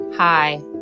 Hi